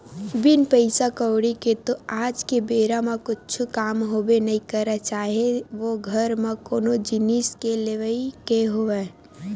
बिन पइसा कउड़ी के तो आज के बेरा म कुछु काम होबे नइ करय चाहे ओ घर म कोनो जिनिस के लेवई के होवय